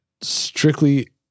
strictly